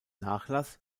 nachlass